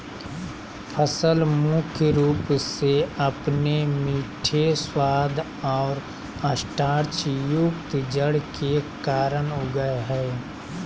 फसल मुख्य रूप से अपने मीठे स्वाद और स्टार्चयुक्त जड़ के कारन उगैय हइ